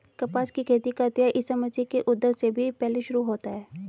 कपास की खेती का इतिहास ईसा मसीह के उद्भव से भी पहले शुरू होता है